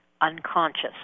unconscious